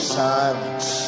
silence